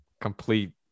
complete